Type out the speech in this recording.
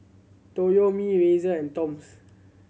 Toyomi Razer and Toms